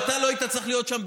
ואתה לא היית צריך להיות שם,